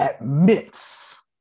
admits